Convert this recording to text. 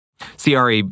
CRE